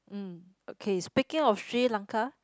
mm okay speaking of Sri-Lanka